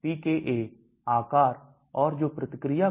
तो यह घुलनशीलता और पारगम्यता हमेशा loggerheads पर होती है